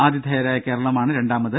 ആതിഥേയരായ കേരളമാണ് രണ്ടാമത്